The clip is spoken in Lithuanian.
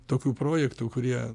tokių projektų kurie